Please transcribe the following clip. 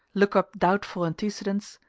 look up doubtful antecedents,